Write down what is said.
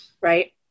right